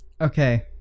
okay